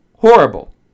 horrible